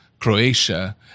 Croatia